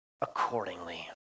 accordingly